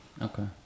Okay